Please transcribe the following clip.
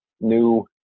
new